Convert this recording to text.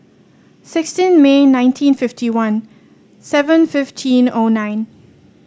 sixteen May nineteen fifty one seven fifteen O nine